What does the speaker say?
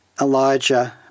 Elijah